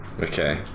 Okay